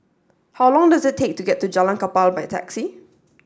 how long does it take to get to Jalan Kapal by taxi